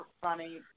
funny